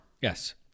yes